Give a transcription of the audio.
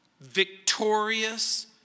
Victorious